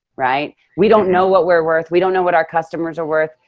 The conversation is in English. right, we don't know what we're worth. we don't know what our customers are worth.